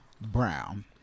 Brown